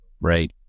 Right